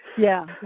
yeah,